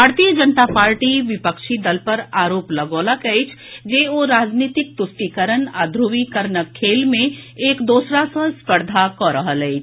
भारतीय जनता पार्टी विपक्षी दल पर आरोप लगौलक अछि जे ओ राजनीतिक तुष्टिकरण आ ध्रुवीकरणक खेल मे एक दोसरा सँ स्पर्धा कऽ रहल अछि